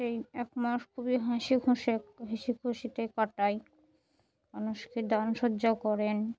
সেই এক মাস ধরে খুবই হেসে খুশে হাসি খুশিতে কাটায় মানুষকে দান সজ্জা করেন